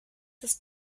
ist